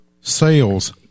Sales